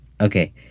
Okay